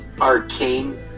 Arcane